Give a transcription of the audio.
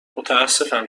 متاسفم